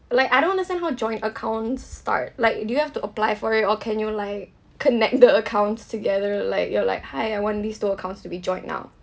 like I don't understand how joint accounts start like do you have to apply for it or can you like connect the accounts together like you're like hi I want these two accounts to be joined now